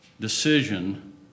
decision